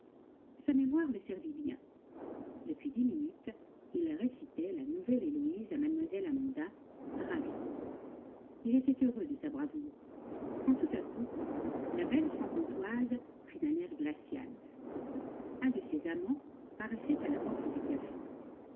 sa mémoire le servit bien depuis dix minutes il récitait la nouvelle héloïse à mlle amanda ravie il était heureux de sa bravoure quand tout à coup la belle franc comtoise prit un air glacial un de ses amants paraissait à la porte du café